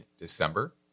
December